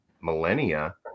millennia